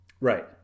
Right